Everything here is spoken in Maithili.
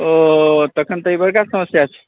ओ तखन ई बड़का समस्या छै